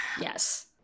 Yes